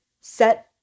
set